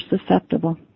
susceptible